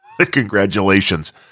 Congratulations